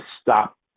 stop